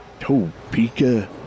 Topeka